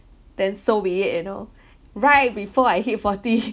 then so be it you know right before I hit forty